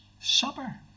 Supper